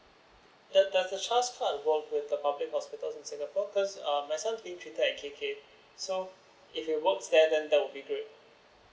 does the chas card work with the public hospitals in singapore because my son is being treated in k k so if it works there then that would be great